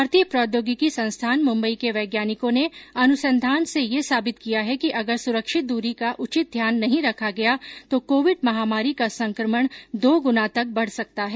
भारतीय प्रौद्योगिकी संस्थान मुंबई के वैज्ञानिकों ने अनुसंधान से यह साबित किया है कि अगर सुरक्षित दूरी का उचित ध्यान नहीं रखा गया तो कोविड महामारी का संक्रमण दो गुना तक बढ़ सकता है